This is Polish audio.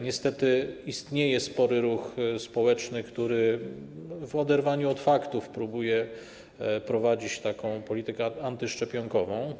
Niestety istnieje spory ruch społeczny, który w oderwaniu od faktów próbuje prowadzić politykę antyszczepionkową.